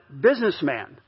businessman